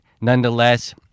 nonetheless